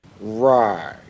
Right